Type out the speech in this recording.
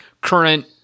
current